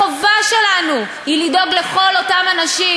החובה שלנו היא לדאוג לכל אותם אנשים